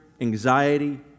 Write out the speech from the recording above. anxiety